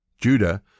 Judah